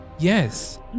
Yes